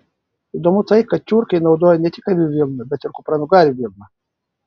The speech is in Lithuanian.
įdomu tai kad tiurkai naudojo ne tik avių vilną bet ir kupranugarių vilną